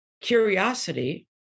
curiosity